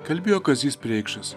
kalbėjo kazys preikšas